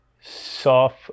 soft